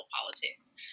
politics